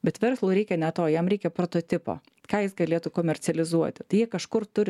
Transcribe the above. bet verslui reikia ne to jam reikia prototipo ką jis galėtų komercializuoti tai jie kažkur turi